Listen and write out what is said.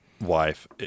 wife